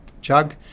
jug